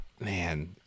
Man